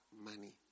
money